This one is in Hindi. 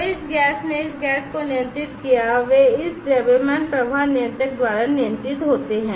तो इस गैस ने इस गैस को नियंत्रित किया वे इस द्रव्यमान प्रवाह नियंत्रक द्वारा नियंत्रित होते हैं